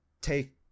take